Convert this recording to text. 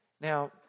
Now